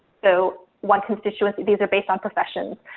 so one constituency, these are based on professions.